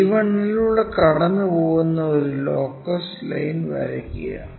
b 1 ലൂടെ കടന്നുപോകുന്ന ഒരു ലോക്കസ് ലൈൻ വരയ്ക്കുക